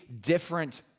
different